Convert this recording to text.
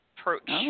approach